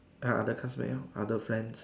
other classmate orh other friends